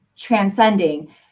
transcending